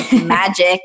magic